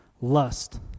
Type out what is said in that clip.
lust